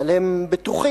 אבל הם בטוחים